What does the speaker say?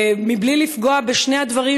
מבלי לפגוע בשני דברים,